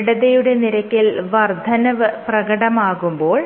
ദൃഢതയുടെ നിരക്കിൽ വർദ്ധനവ് പ്രകടമാകുമ്പോൾ